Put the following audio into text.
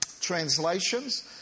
translations